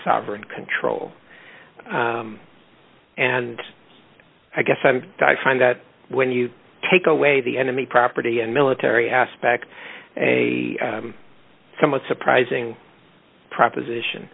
sovereign control and i guess i die find that when you take away the enemy property and military aspect a somewhat surprising proposition